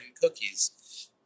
cookies